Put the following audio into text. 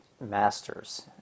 masters